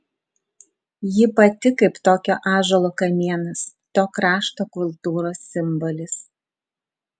ji pati kaip tokio ąžuolo kamienas to krašto kultūros simbolis